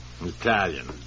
Italian